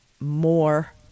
more